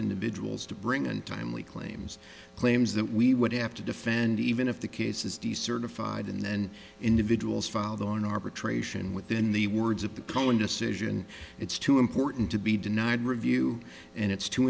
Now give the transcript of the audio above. individuals to bring untimely claims claims that we would have to defend even if the case is decertified and then individuals file their own arbitration within the words of the cohen decision it's too important to be denied review and it's to